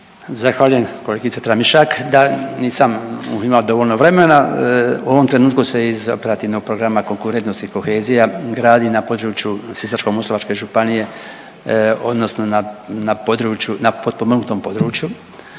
Zahvaljujem kolegice Tramišak. Da, nisam imao dovoljno vremena. U ovom trenutku se iz Operativnog programa konkurentnost i kohezija gradi na području Sisačko-moslavačke županije odnosno na području, na potpomognutom području